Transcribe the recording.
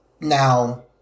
now